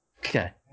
Okay